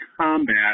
combat